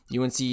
UNC